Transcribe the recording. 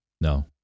No